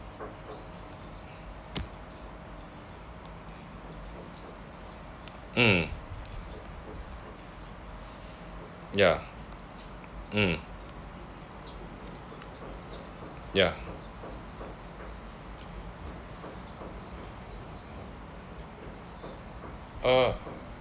mm ya mm ya uh